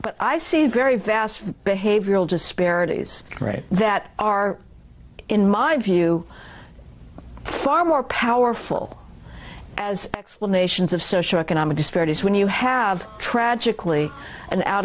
but i see very vast behavioral disparities right that are in my view far more powerful as explanations of social economic disparities when you have tragically and out